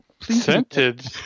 Scented